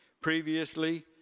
Previously